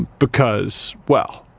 because, well,